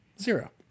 Zero